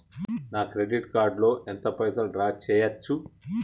నా credit card లో ఎంత పైసల్ డ్రా చేయచ్చు?